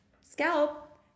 scalp